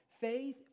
Faith